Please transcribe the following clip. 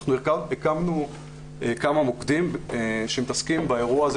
אנחנו הקמנו כמה מוקדים שמתעסקים באירוע הזה